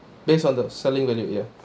based on the selling value ya